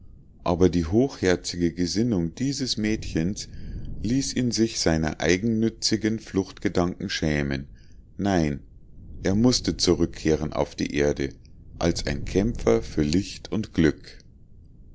aber die hochherzige gesinnung dieses mädchens ließ ihn sich seiner eigennützigen fluchtgedanken schämen nein er mußte zurückkehren auf die erde als ein kämpfer für licht und glück